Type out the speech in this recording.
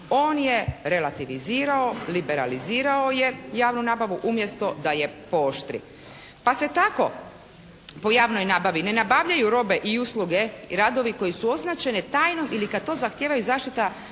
on je relativizirao je, liberalizirao je javnu nabavu umjesto da je pooštri. Pa se tako po javnoj nabavi ne nabavljaju robe i usluge i radovi koji su označene tajnom ili kad to zahtijevaju zaštita bitnih